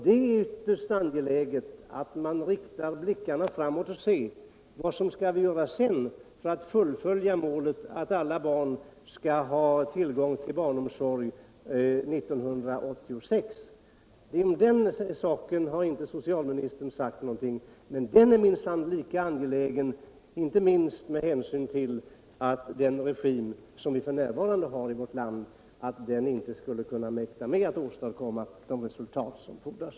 Det är ytterst angeläget att rikta blicken framåt och se vad som bör göras för att fullfölja målet att alla barn skall ha tillgång till barnomsorg 1986. Den frågan har inte socialministern sagt något om, men den är minsann lika angelägen. Frågan är om den nuvarande regeringen mäktar att åstadkomma de resultat som fordras.